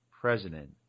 President